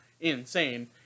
insane